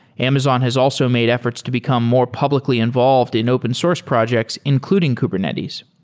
amazon has also made efforts to become more publicly involved in open source projects including kubernetes.